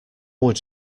would